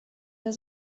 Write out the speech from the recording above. der